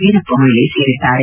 ವೀರಪ್ಪ ಮೊಯಿಲಿ ಸೇರಿದ್ದಾರೆ